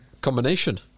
combination